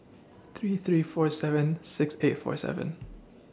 three three four seven six eight four seven